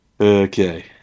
Okay